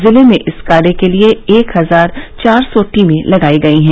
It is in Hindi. जिले में इस कार्य के लिये एक हजार चार सौ टीम लगाई गई हैं